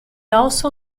also